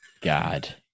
god